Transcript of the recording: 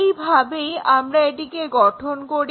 এভাবেই আমরা এটিকে গঠন করি